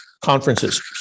Conferences